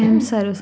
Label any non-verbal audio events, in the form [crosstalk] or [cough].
[coughs]